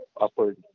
upward